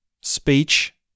speech